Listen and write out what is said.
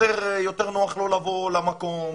יותר נוח לו לבוא למקום,